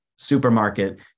Supermarket